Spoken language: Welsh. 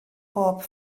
pob